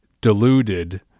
deluded